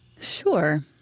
Sure